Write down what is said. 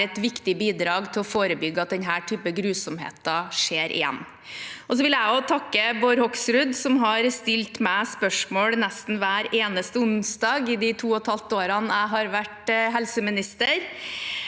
være et viktig bidrag for å forebygge at denne typen grusomheter skjer igjen. Jeg vil også takke Bård Hoksrud, som har stilt meg spørsmål nesten hver eneste onsdag i de to og et halvt årene jeg har vært helseminister.